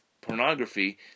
pornography